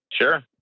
Sure